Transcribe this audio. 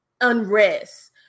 unrest